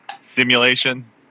simulation